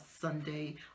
Sunday